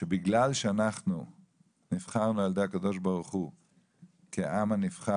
שבגלל שאנחנו נבחרנו על ידי הקב"ה כעם הנבחר